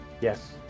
yes